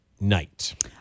night